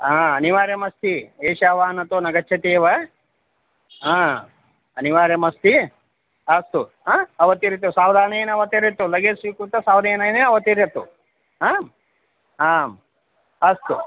हा अनिवार्यमस्ति एतत् वाहनं तु न गच्छति एव हा अनिवार्यमस्ति अस्तु हा अवतरतु सावधनेन अवतरतु लगेज् स्वीकृत्य सावधानेन अवतरतु आम् आम् अस्तु